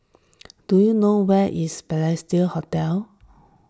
do you know where is Balestier Hotel